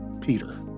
Peter